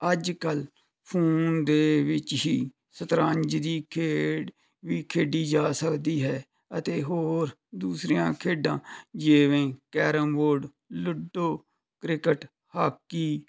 ਅੱਜ ਕੱਲ੍ਹ ਫੋਨ ਦੇ ਵਿੱਚ ਹੀ ਸ਼ਤਰੰਜ ਦੀ ਖੇਡ ਵੀ ਖੇਡੀ ਜਾ ਸਕਦੀ ਹੈ ਅਤੇ ਹੋਰ ਦੂਸਰੀਆਂ ਖੇਡਾਂ ਜਿਵੇਂ carrom board ludo cricket hockey